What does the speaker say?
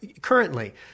Currently